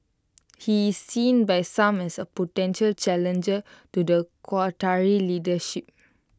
he is seen by some as A potential challenger to the Qatari leadership